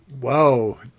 Whoa